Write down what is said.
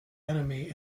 enemy